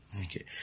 Okay